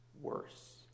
worse